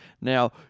Now